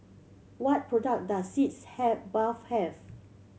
what product does Sitz have bath have